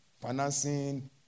financing